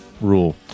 rule